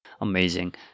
Amazing